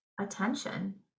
attention